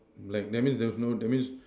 like that means there's no that means